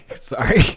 Sorry